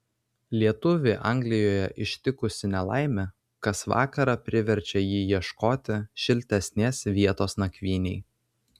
lietuvį anglijoje ištikusi nelaimė kas vakarą priverčia jį ieškoti šiltesnės vietos nakvynei